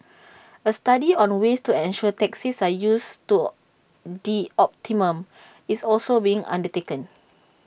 A study on ways to ensure taxis are used to the optimum is also being undertaken